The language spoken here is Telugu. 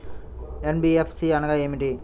ఎన్.బీ.ఎఫ్.సి అనగా ఏమిటీ?